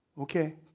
Okay